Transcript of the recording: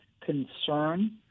concern